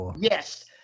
Yes